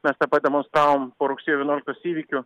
mes tą pademonstravom po rugsėjo vienuoliktos įvykių